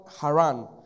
Haran